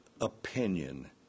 opinion